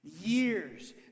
Years